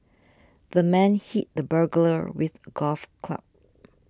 the man hit the burglar with a golf club